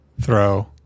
throw